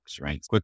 right